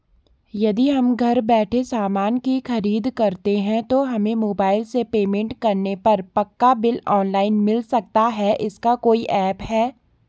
यदि हम घर बैठे सामान की खरीद करते हैं तो हमें मोबाइल से पेमेंट करने पर पक्का बिल ऑनलाइन मिल सकता है इसका कोई ऐप है